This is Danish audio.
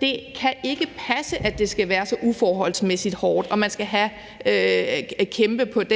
det ikke kan passe, at det skal være så uforholdsmæssigt hårdt, og at man skal kæmpe